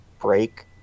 break